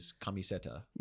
camiseta